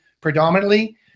predominantly